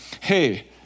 hey